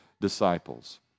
disciples